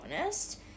honest